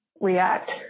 react